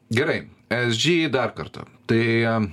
gerai esg dar kartą tai